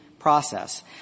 process